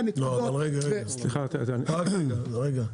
לא, לא, סליחה, רק רגע.